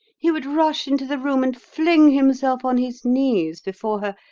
he would rush into the room and fling himself on his knees before her,